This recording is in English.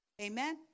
Amen